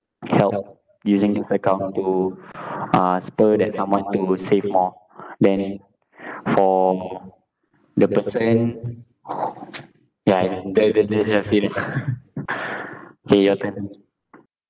help using this account to uh spur that someone to save more then for the person ya the the K your turn